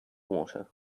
water